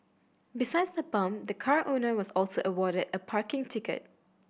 besides the bump the car owner was also awarded a parking ticket